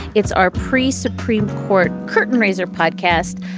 it's our pre supreme court curtain raiser podcast.